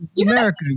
America